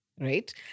right